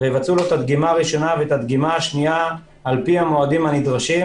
ויבצעו לו את הדגימה הראשונה ואת הדגימה השנייה על פי המועדים הנדרשים,